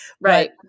Right